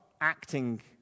acting